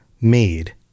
made